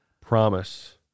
promise